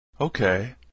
Okay